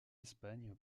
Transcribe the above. espagne